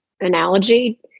analogy